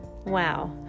Wow